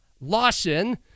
Lawson